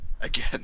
again